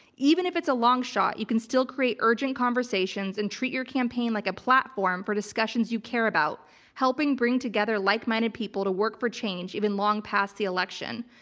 even if it's a long shot, you can still create urgent conversations and treat your campaign like a platform for discussions you care about helping bring together like minded people to work for change even long past the election.